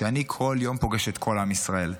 שאני כל יום פוגש את כל עם ישראל,